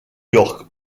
york